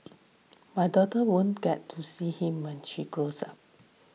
my daughter won't get to see him when she grows up